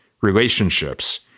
relationships